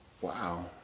Wow